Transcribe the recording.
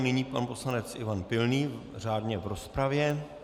Nyní pan poslanec Ivan Pilný řádně v rozpravě.